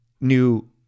new